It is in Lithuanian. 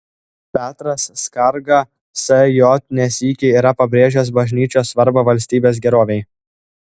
petras skarga sj ne sykį yra pabrėžęs bažnyčios svarbą valstybės gerovei